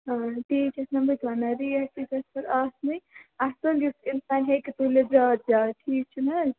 آ تِی چھِس نہٕ بہٕ تہِ ونان ریٹ تہِ گٔژھ پتہٕ آسٕنی اَصٕل یُتھ اِنسان ہیٚکہِ تُلِتھ زیادٕ زیادٕ ٹھیٖک چھُنہٕ حظ